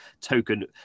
token